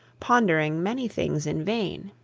pondering many things in vain.